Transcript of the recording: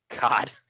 God